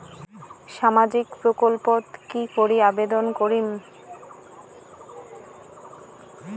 সামাজিক প্রকল্পত কি করি আবেদন করিম?